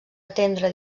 atendre